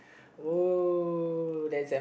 oh that's